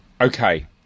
Okay